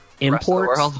imports